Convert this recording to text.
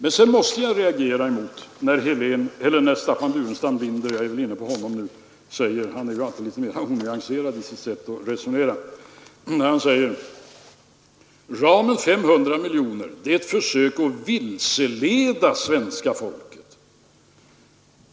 Jag måste vidare reagera mot Staffan Burenstam Linder — som ju alltid är litet mera onyanserad i sitt sätt att resonera — när han säger att angivandet av ramen 500 miljoner kronor är ett sätt att vilseleda svenska folket.